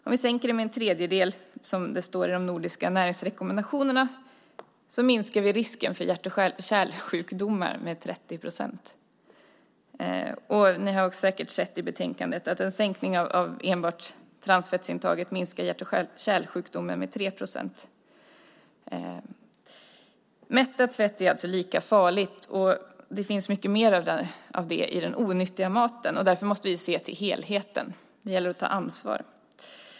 Om vi sänker det med en tredjedel, som det står i de nordiska näringsrekommendationerna, minskar vi risken för hjärt och kärlsjukdomar med 30 procent. Som ni säkert har sett i betänkandet minskar en sänkning av enbart transfettsintaget denna risk med 3 procent. Mättat fett är alltså lika farligt, och det finns mycket mer av det i den onyttiga maten. Därför måste vi se till helheten. Det gäller att ta ansvar.